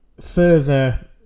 further